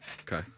Okay